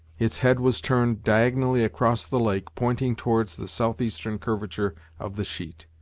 its head was turned diagonally across the lake, pointing towards the south-eastern curvature of the sheet.